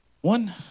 One